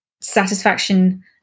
satisfaction